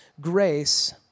grace